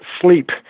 sleep